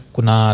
Kuna